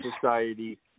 society